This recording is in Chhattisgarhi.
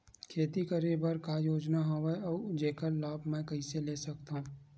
खेती करे बर का का योजना हवय अउ जेखर लाभ मैं कइसे ले सकत हव?